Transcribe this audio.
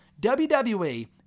WWE